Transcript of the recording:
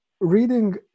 reading